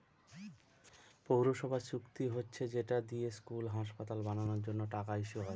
পৌরসভার চুক্তি হচ্ছে যেটা দিয়ে স্কুল, হাসপাতাল বানানোর জন্য টাকা ইস্যু হয়